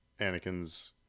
Anakin's